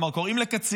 כלומר, קוראים לקצין,